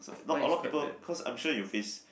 not a lot people cause I'm sure you're face